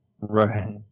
Right